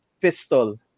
pistol